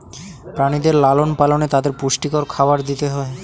প্রাণীদের লালন পালনে তাদের পুষ্টিকর খাবার দিতে হয়